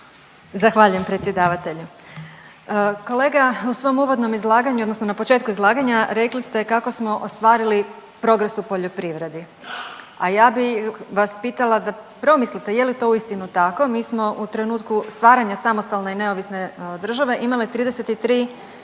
Zahvaljujem predsjedavatelju. Kolega u svom uvodnom izlaganju odnosno na početku izlaganja rekli ste kako smo ostvarili progres u poljoprivredi. A ja bi vas pitala da promislite je li to uistinu tako, mi smo u trenutku stvaranja samostalne i neovisne države imali 33